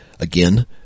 Again